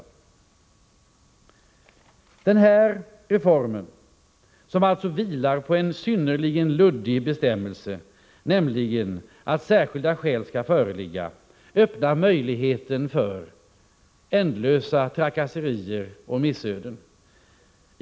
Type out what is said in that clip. Den här reformen, som alltså vilar på en synnerligen luddig bestämmelse, nämligen att särskilda skäl skall föreligga, öppnar möjligheten för ändlösa trakasserier och missöden.